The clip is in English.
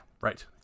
Right